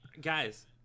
guys